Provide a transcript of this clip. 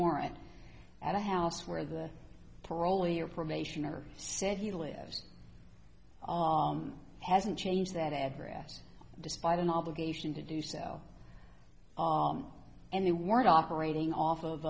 warrant at a house where the parolee or probation or said he lives hasn't changed that address despite an obligation to do sell and they weren't operating off of